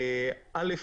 א',